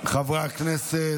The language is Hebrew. חברי הכנסת,